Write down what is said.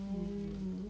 mm